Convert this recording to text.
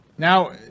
Now